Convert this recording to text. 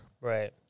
Right